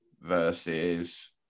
versus